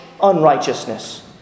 unrighteousness